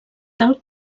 tal